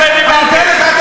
לא דיברתי על זה.